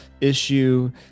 issue